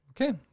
Okay